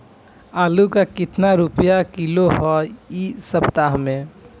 आलू का कितना रुपया किलो इह सपतह में बा?